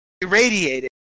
irradiated